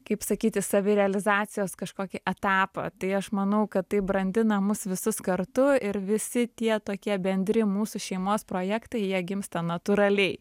kaip sakyti savirealizacijos kažkokį etapą tai aš manau kad tai brandina mus visus kartu ir visi tie tokie bendri mūsų šeimos projektai jie gimsta natūraliai